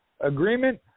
agreement